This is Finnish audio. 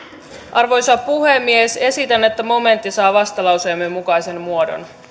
arvoisa puhemies esitän että pykälä saa vastalauseemme mukaisen muodon